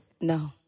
No